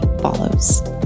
follows